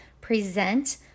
present